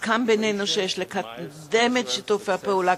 הוסכם בינינו שיש לקדם את שיתוף הפעולה.